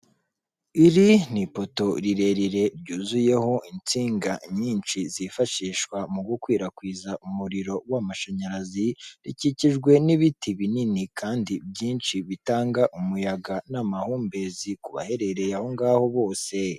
Iri ni ipoto rirerire ryuzuyeho insinga nyinshi zifashishwa mu gukwirakwiza umuriro w'amashanyarazi rikikijwe n'ibiti binini kandi byinshi bitanga umuyaga n'amahumbezi ku baherereye aho ngaho bose.